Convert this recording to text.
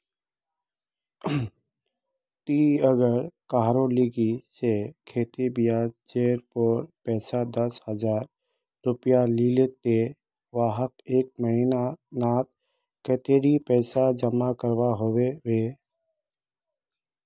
ती अगर कहारो लिकी से खेती ब्याज जेर पोर पैसा दस हजार रुपया लिलो ते वाहक एक महीना नात कतेरी पैसा जमा करवा होबे बे?